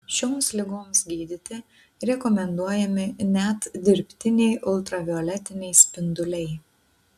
šioms ligoms gydyti rekomenduojami net dirbtiniai ultravioletiniai spinduliai